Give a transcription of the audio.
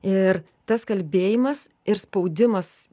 ir tas kalbėjimas ir spaudimas